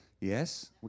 Yes